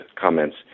comments